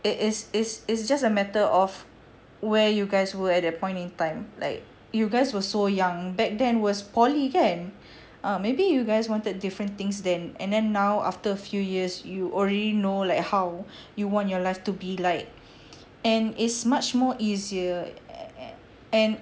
it is is is just a matter of where you guys were at that point in time like you guys were so young back then was poly kan err maybe you guys wanted different things then and then now after a few years you already know like how you want your life to be like and is much more easier and